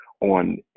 on